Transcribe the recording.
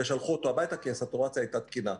ושלחו אותו הביתה, כי הסטורציה הייתה תקינה.